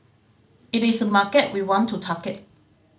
it is a market we want to target